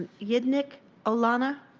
you nick alana?